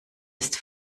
ist